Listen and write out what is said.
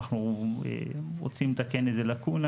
אנחנו רוצים לתקן איזה לקונה,